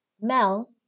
Mel